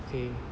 okay